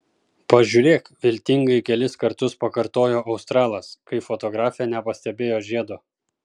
pažiūrėk viltingai kelis kartus pakartojo australas kai fotografė nepastebėjo žiedo